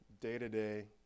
day-to-day